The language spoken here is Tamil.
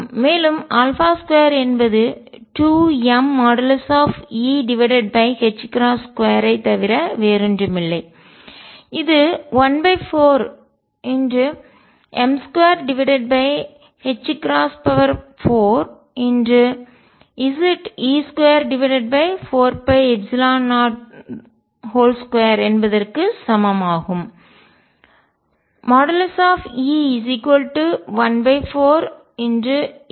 மேலும் 2 என்பது 2mE2 ஐத் தவிர வேறொன்றுமில்லை இது 14m24Ze24π02 என்பதற்கு க்கு சமம் ஆகும்